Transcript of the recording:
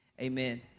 amen